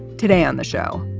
today on the show,